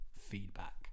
feedback